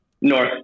North